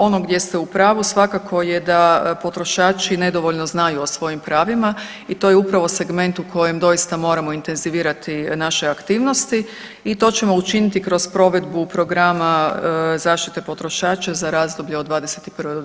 Ono gdje ste u pravu svakako je da potrošači nedovoljno znaju o svojim pravima i to je upravo segment u kojem doista moramo intenzivirati naše aktivnosti i to ćemo učiniti kroz provedbu programa zaštite potrošača za razdoblje od 2021. do 2024. godine.